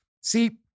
See